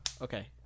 okay